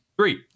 Three